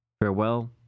Farewell